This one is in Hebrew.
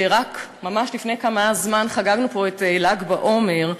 ורק ממש לפני כמה זמן חגגנו פה את ל"ג בעומר,